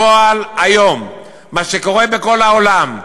בפועל היום מה שקורה בכל העולם,